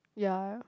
ya